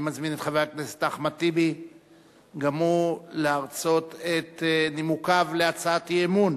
אני מזמין את חבר הכנסת אחמד טיבי להרצות את נימוקיו להצעת אי-אמון